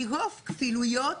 מרוב כפילויות,